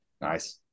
Nice